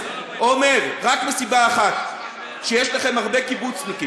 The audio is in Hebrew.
חוק ההסדרה